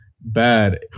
bad